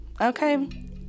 okay